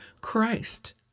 Christ